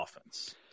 offense